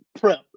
prep